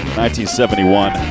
1971